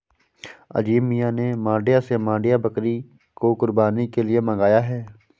अजीम मियां ने मांड्या से मांड्या बकरी को कुर्बानी के लिए मंगाया है